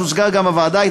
שהוצגה גם בוועדה,